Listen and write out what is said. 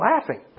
laughing